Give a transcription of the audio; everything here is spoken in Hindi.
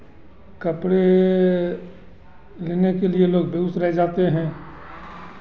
कपड़े लेने के लिए लोग बेगूसराय जाते हैं